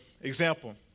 example